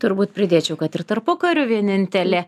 turbūt pridėčiau kad ir tarpukariu vienintelė